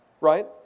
right